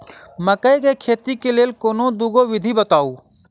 मकई केँ खेती केँ लेल कोनो दुगो विधि बताऊ?